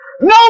No